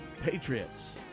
patriots